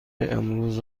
امروز